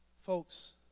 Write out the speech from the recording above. Folks